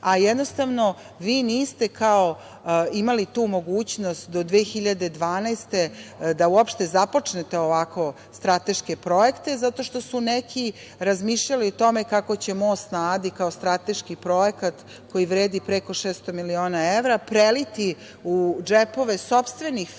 a jednostavno vi niste imali tu mogućnost do 2012. godine da uopšte započnete ovako strateške projekte zato što su neki razmišljali o tome kako će most na Adi kao strateški projekat koji vredi preko 600 miliona evra preliti u džepove sopstvenih firmi